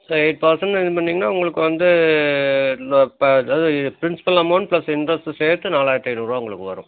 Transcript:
sir eight percent இது பண்ணிங்கன்னா உங்களுக்கு வந்து நோ ப அதாவது ப்ரின்சிபல் அமௌண்ட் ப்ளஸ்ஸு இன்ட்ரெஸ்ட்டு சேர்த்து நாலாயிரத்து ஐந்நூறுரூவா உங்களுக்கு வரும்